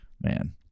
man